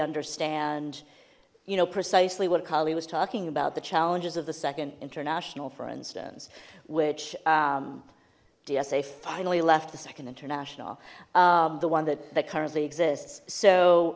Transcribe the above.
understand you know precisely what kali was talking about the challenges of the second international for instance which yes they finally left the second international the one that that currently exists so